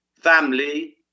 family